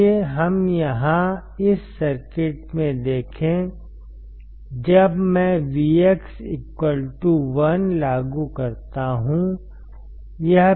आइए हम यहां इस सर्किट में देखें जब मैं Vx 1 लागू करता हूं यह PMOS है